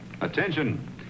Attention